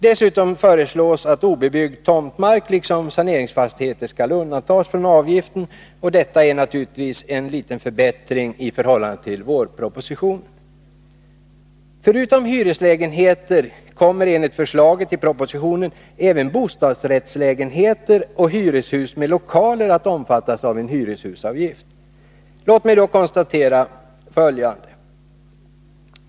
Dessutom föreslås att obebyggd tomtmark liksom saneringsfastigheter skall undantas från avgiften, och detta är naturligtvis en liten förbättring. bostadsrättslägenheter och hyreshus med lokaler att omfattas av en Nr 52 hyreshusavgift. Låt mig då konstatera följande.